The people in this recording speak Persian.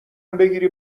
بگیری